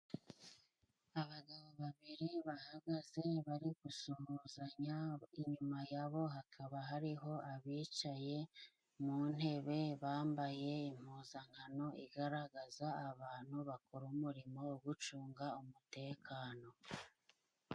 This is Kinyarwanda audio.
Abagabo babiri bahagaze， bari gusuhuzanya， inyuma yabo， hakaba hariho abicaye mu ntebe， bambaye impuzankano， igaragaza abantu bakora umurimo wo gucunga umutekano.